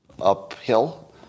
uphill